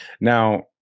Now